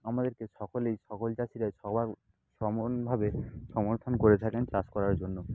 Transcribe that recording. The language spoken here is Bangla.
আমাদের সকলেই সকল চাষিরাই সমনভাবে সমর্থন করে থাকেন চাষ করার জন্য